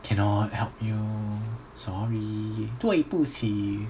cannot help you sorry 对不起